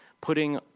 putting